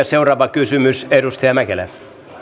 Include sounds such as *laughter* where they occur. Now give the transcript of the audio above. *unintelligible* seuraava kysymys edustaja mäkelä arvoisa puhemies